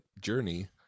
journey